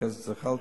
חבר הכנסת זחאלקה,